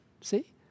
See